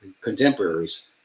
contemporaries